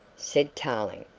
said tarling.